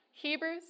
Hebrews